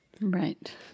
Right